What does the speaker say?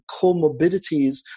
comorbidities